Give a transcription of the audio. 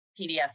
PDF